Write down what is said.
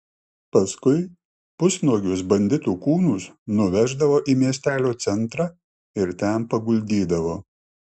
paskui pusnuogius banditų kūnus nuveždavo į miestelio centrą ir ten paguldydavo